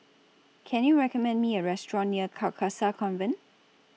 Can YOU recommend Me A Restaurant near Carcasa Convent